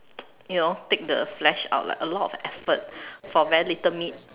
you know take the flesh out like a lot of effort for very little meat